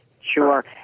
Sure